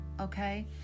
okay